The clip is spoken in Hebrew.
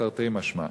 תרתי משמע,